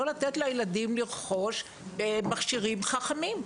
לא לתת לילדים לרכוש מכשירים חכמים.